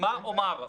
ברור.